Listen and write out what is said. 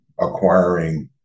acquiring